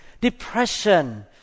depression